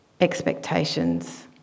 expectations